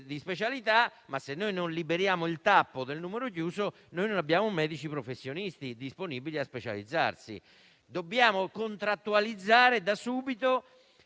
di specializzazione, ma se non liberiamo il tappo del numero chiuso non avremo medici professionisti disponibili a specializzarsi. Dobbiamo contrattualizzare da subito